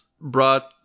brought